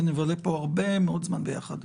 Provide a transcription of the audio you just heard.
ונבלה הרבה מאוד זמן ביחד.